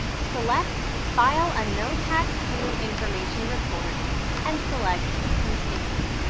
select file a no tax due information report and select continue.